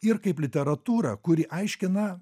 ir kaip literatūrą kuri aiškina